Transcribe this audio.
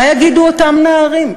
מה יגידו אותם נערים?